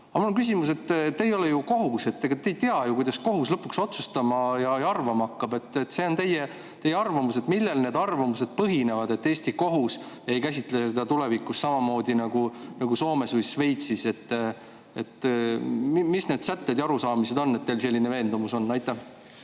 on. Aga mul on küsimus. Te ei ole ju kohus, te ei tea ju, kuidas kohus lõpuks otsustama ja arvama hakkab. See on teie arvamus. Millel need arvamused põhinevad, et Eesti kohus ei käsitle seda tulevikus samamoodi nagu Soomes või Šveitsis? Mis need sätted ja arusaamised on, et teil selline veendumus on? Aitäh,